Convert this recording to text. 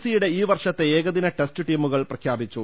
C യുടെ ഈ വർഷത്തെ ഏകദിന ടെസ്റ്റ് ടീമുകൾ പ്രഖ്യാപിച്ചു